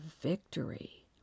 victory